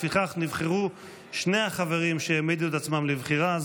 לפיכך נבחרו שני החברים שהעמידו את עצמם לבחירה,